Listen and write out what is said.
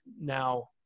now